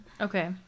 Okay